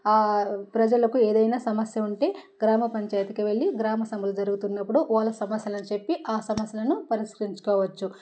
ఆ ప్రజలకు ఏదైనా సమస్య ఉంటే గ్రామ పంచాయితీకి వెళ్ళి గ్రామసభలు జరుగుతున్నపుడు వాళ్ళ సమస్యలను చెప్పి ఆ సమస్యలను పరిష్కరించుకోవచ్చు